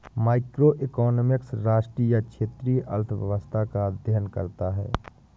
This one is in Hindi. मैक्रोइकॉनॉमिक्स राष्ट्रीय या क्षेत्रीय अर्थव्यवस्था का अध्ययन करता है